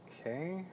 okay